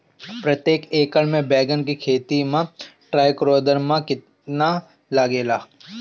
प्रतेक एकर मे बैगन के खेती मे ट्राईकोद्रमा कितना लागेला?